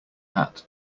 hat